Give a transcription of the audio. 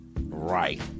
right